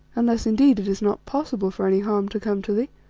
unless indeed it is not possible for any harm to come to thee?